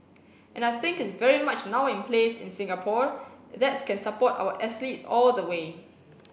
and I think it's very much now in place in Singapore that can support our athletes all the way